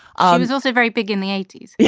um he's also very big in the eighty s. you